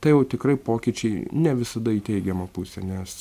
tai jau tikrai pokyčiai ne visada į teigiamą pusę nes